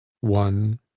one